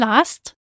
last